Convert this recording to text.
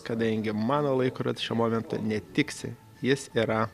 kadangi mano laikrodis šiuo momentu netiksi jis yra